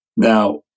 Now